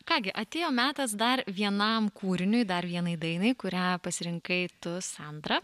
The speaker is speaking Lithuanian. ką gi atėjo metas dar vienam kūriniui dar vienai dainai kurią pasirinkai tu sandra